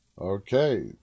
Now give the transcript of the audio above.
Okay